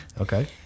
Okay